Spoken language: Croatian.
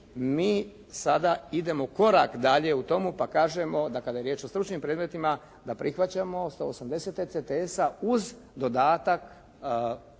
mi sada idemo korak dalje u tomu pa kažemo da kada je riječ o stručnim predmetima da prihvaćamo 180 ECTS uz dodatak,